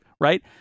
right